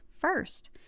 first